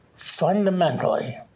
fundamentally